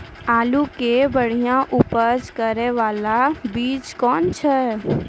आलू के बढ़िया उपज करे बाला बीज कौन छ?